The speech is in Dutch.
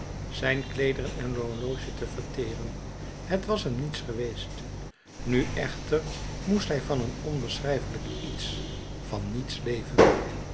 zijn kleederen en horloge te verteren het was hem niets geweest nu echter moest hij van een onbeschrijfelijk iets van niets leven